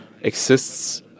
exists